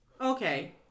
okay